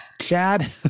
Chad